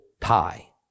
tie